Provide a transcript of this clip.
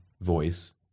voice